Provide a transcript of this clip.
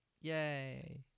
Yay